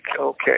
okay